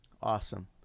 awesome